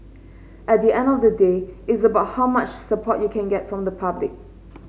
at the end of the day it's about how much support you can get from the public